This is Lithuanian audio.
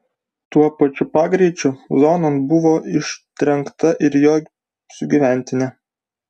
tuo pačiu pagreičiu zonon buvo ištrenkta ir jo sugyventinė